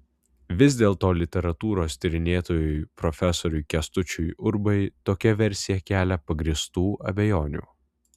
vis dėlto literatūros tyrinėtojui profesoriui kęstučiui urbai tokia versija kelia pagrįstų abejonių